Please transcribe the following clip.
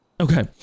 Okay